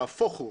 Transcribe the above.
נהפוך הוא.